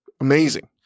amazing